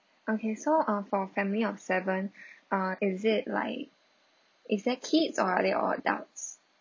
okay so uh for family of seven uh is it like is there kids or they all adult